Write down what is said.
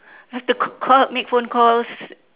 I have to c~ call make phone calls